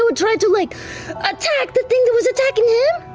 would try to like attack the thing that was attacking him?